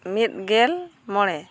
ᱢᱤᱫᱜᱮᱞ ᱢᱚᱬᱮ